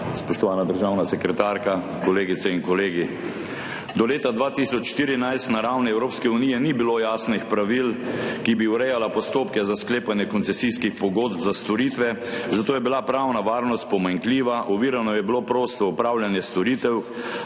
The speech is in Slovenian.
Spoštovana državna sekretarka, kolegice in kolegi! Do leta 2014 na ravni Evropske unije ni bilo jasnih pravil, ki bi urejala postopke za sklepanje koncesijskih pogodb za storitve, zato je bila pravna varnost pomanjkljiva, ovirano je bilo prosto opravljanje storitev,